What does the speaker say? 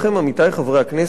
עמיתי חברי הכנסת,